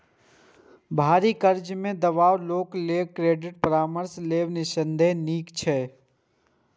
भारी कर्ज सं दबल लोक लेल क्रेडिट परामर्श लेब निस्संदेह नीक छै